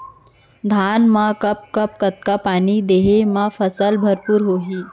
धान मा कब कब कतका पानी देहे मा फसल भरपूर होही?